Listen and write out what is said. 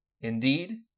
Indeed